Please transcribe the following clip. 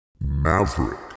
Maverick